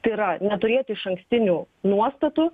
tai yra neturėti išankstinių nuostatų